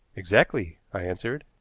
exactly, i answered.